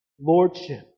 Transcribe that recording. Lordship